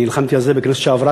אני נלחמתי על זה בכנסת שעברה,